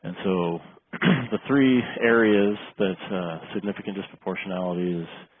and so the three areas that significant disproportionality is